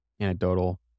anecdotal